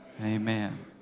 Amen